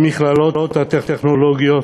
המכללות הטכנולוגיות,